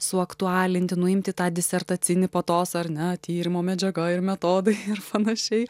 suaktualinti nuimti tą disertacinį patosą ar ne tyrimo medžiaga ir metodai ir panašiai